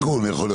משרד השיכון.